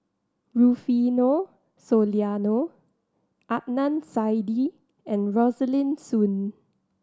Rufino Soliano Adnan Saidi and Rosaline Soon